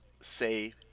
say